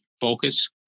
Focus